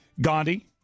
Gandhi